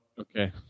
okay